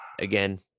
again